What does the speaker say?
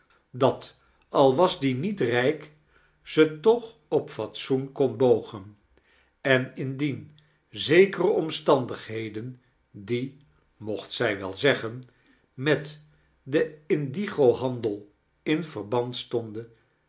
dat al was die niet rijk ze toch op fatsoen kon bogen en indien zekere omstandigheden die mocht zij wel zeggen met den indigo-handel in verband stonden